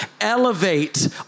elevate